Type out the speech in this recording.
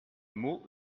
mots